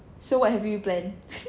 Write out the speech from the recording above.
so what have you played